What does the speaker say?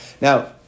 Now